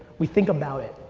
we think about it.